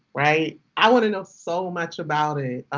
right? i want to know so much about it.